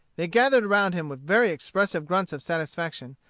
they gathered around him with very expressive grunts of satisfaction,